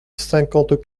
cinquante